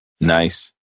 Nice